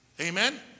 Amen